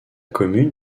commune